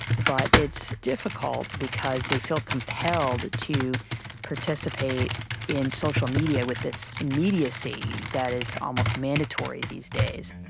but it's difficult because they feel compelled to participate in social media with this immediacy that is almost mandatory these days.